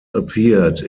appeared